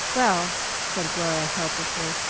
well, said gloria helplessly,